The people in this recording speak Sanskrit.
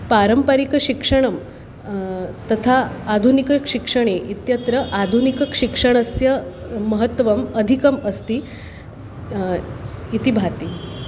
पारम्परिकशिक्षणं तथा आधुनिकशिक्षणे इत्यत्र आधुनिकशिक्षणस्य महत्वम् अधिकम् अस्ति इति भाति